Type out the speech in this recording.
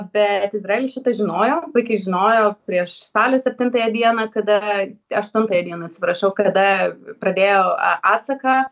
bet izraelis šitą žinojo puikiai žinojo prieš spalio septintąją dieną kada aštuntąją dieną atsiprašau kada pradėjo a atsaką